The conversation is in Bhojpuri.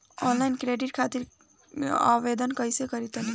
ऑफलाइन क्रेडिट कार्ड खातिर आवेदन कइसे करि तनि बताई?